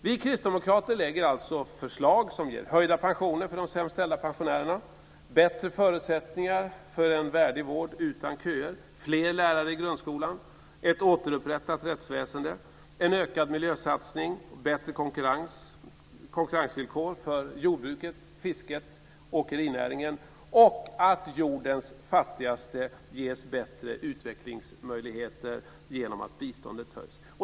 Vi kristdemokrater lägger alltså fram förslag som ger höjda pensioner för de sämst ställda pensionärerna, bättre förutsättningar för en värdig vård utan köer, fler lärare i grundskolan, ett återupprättat rättsväsende, en ökad miljösatsning och bättre konkurrensvillkor för jordbruket, fisket och åkerinäringen samt ger jordens fattigaste bättre utvecklingsmöjligheter genom att biståndet höjs.